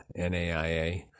NAIa